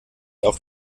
auch